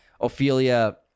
Ophelia